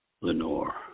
Lenore